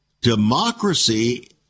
democracy